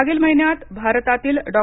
मागील महिन्यात भारतातील डॉ